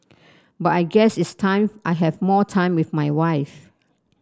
but I guess it's time I have more time with my wife